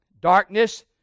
darkness